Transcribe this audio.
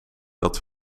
dat